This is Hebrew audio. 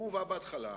הוא מובא בהתחלה.